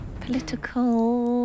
Political